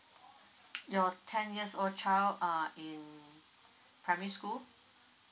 your ten years old child err in primary school